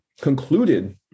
concluded